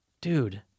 Dude